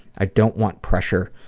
i don't want pressure,